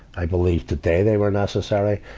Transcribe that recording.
i believe today they were necessary.